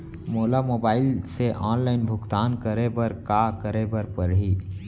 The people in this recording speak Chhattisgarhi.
मोला मोबाइल से ऑनलाइन भुगतान करे बर का करे बर पड़ही?